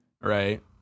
Right